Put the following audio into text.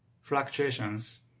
fluctuations